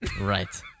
Right